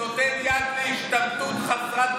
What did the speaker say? נותן יד להשתמטות חסרת,